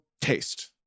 taste